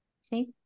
see